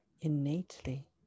innately